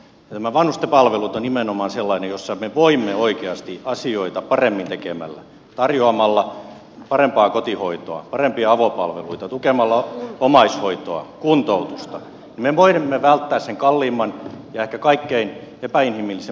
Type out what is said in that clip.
nämä vanhusten palvelut ovat nimenomaan sellaisia joissa me voimme oikeasti asioita paremmin tekemällä tarjoamalla parempaa kotihoitoa parempia avopalveluita tukemalla omaishoitoa kuntoutusta välttää sen kalliimman ja ehkä kaikkein epäinhimillisimmän laitoshoidon